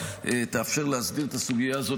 תאפשר להסדיר את הסוגיה הזאת.